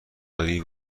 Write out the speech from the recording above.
داری